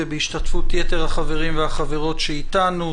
ובהשתתפות יתר החברים והחברות שאיתנו.